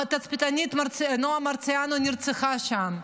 התצפיתנית מרציאנו נרצחה שם,